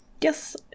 Yes